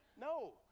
No